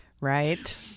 Right